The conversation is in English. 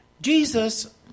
Jesus